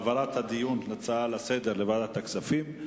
בעד העברת הדיון בהצעות לסדר-היום לוועדת הכספים,